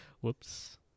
whoops